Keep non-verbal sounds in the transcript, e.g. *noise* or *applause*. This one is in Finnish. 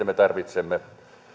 *unintelligible* me tarvitsemme